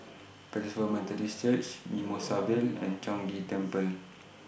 Pentecost Methodist Church Mimosa Vale and Chong Ghee Temple